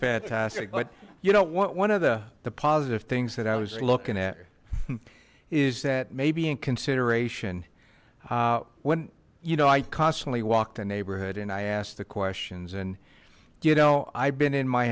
fantastic but you know what one of the the positive things that i was looking at is that maybe in consideration when you know i constantly walked the neighborhood and i asked the questions and you know i've been in my